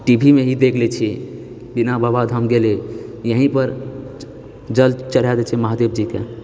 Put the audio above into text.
टीभीमे ही देख लए छी बिना बाबाधाम गेले यहींँ पर जल चढ़ाए दए छियै महादेव जीकेंँ